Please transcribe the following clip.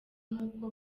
n’uko